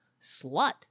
slut